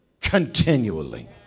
continually